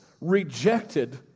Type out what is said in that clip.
rejected